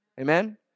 amen